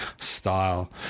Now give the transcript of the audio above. style